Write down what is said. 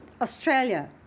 Australia